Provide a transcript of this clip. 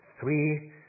three